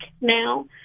now